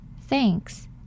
Thanks